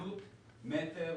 עלות מטר